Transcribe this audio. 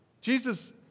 Jesus